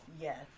yes